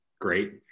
great